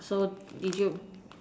so did you